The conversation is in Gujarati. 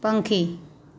પંખી